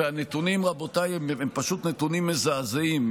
והנתונים, רבותיי, הם פשוט נתונים מזעזעים.